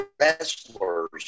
wrestlers